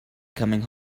coming